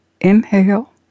inhale